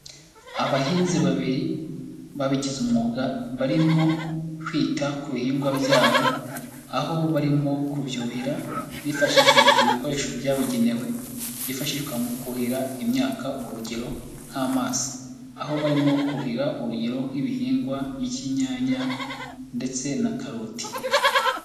Abahinzi babiri babigize umwuga barimo kwita ku bihingwa byabo, aho barimo kubyuhira bifashishije ibikoresho byabugenewe byifashishwa mu kuhira imyaka, urugero nk'amazi. Aho barimo kuhira urugero nk'ibihingwa by'inyanya ndetse na karoti.